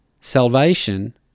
Salvation